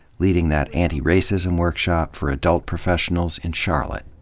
leading that anti racism workshop for adult professionals in charlotte.